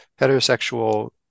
heterosexual